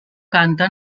canta